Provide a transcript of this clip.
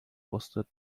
wusstet